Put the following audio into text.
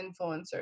influencers